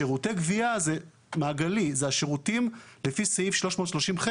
שירותי גבייה זה מעגלי: אלה השירותים לפי סעיף 330ח,